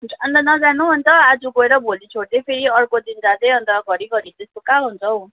अन्त नजानु अन्त आज गएर भोलि छोड्दै फेरि अर्को दिन जाँदै अन्त घरिघरि त्यस्तो कहाँ हुन्छ हौ